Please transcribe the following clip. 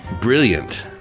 brilliant